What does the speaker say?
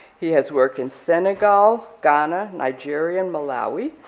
he has worked in senegal, ghana, nigeria, and malawi,